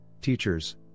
teachers